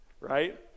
right